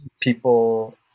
People